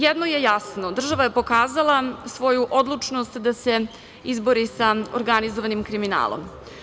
Jedno je jasno, država je pokazala svoju odlučnost da se izbori sa organizovanim kriminalom.